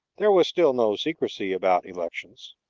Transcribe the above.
there was still no secrecy about elections.